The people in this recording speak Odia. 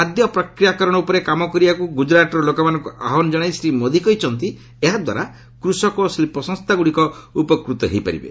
ଖାଦ୍ୟ ପ୍ରକ୍ରିୟାକରଣ ଉପରେ କାମ କରିବାକୁ ଗୁଜୁରାଟର ଲୋକମାନଙ୍କୁ ଆହ୍ୱାନ ଜଣାଇ ଶ୍ରୀ ମୋଦି କହିଛନ୍ତି ଏହାଦ୍ୱାରା କୃଷକ ଓ ଶିଳ୍ପସଂସ୍ଥାଗୁଡ଼ିକ ଉପକୃତ ହୋଇପାରିବେ